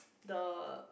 the